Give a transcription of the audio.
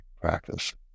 practice